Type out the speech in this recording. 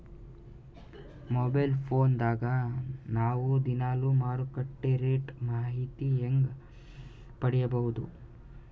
Mobile phone ದಾಗ ನಾವು ದಿನಾಲು ಮಾರುಕಟ್ಟೆ ರೇಟ್ ಮಾಹಿತಿ ಹೆಂಗ ಪಡಿಬಹುದು?